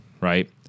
right